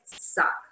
suck